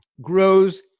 grows